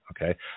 Okay